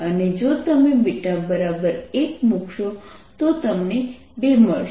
અને જો તમે β1 મૂકશો તો તમને 2 મળશે